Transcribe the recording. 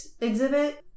exhibit